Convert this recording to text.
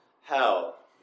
hell